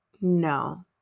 no